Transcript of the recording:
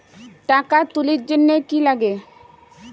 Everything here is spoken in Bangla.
টাকা তুলির জন্যে কি লাগে?